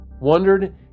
wondered